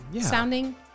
sounding